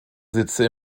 sitze